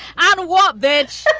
i what bitch